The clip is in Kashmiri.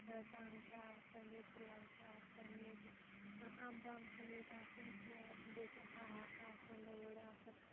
ٹنٛگ چھُ آسان ییٚتہِ ترٛٮ۪لہٕ چھِ آسان ییٚتہِ اَمبَم چھَنہٕ ییٚتہِ آسان کیٚنٛہہ بیٚیہِ چھِ ہاکھ آسان لٲر آسان